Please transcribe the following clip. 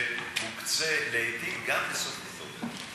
שמוקצה לעתים גם בסוף אוקטובר.